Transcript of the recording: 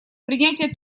принятие